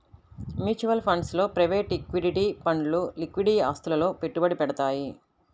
mutual funds లో private equity ఫండ్లు liquid ఆస్తులలో పెట్టుబడి పెడతయ్యి